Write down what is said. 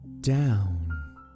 down